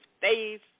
face